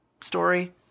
story